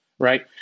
right